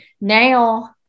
now